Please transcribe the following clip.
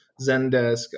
Zendesk